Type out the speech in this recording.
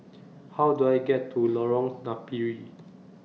How Do I get to Lorong Napiri